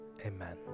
Amen